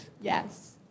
Yes